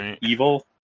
Evil